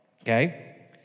okay